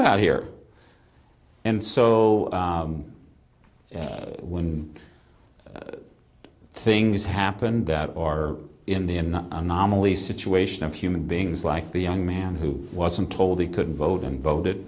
about here and so when things happen that are in the i'm not anomaly situation of human beings like the young man who wasn't told he couldn't vote and voted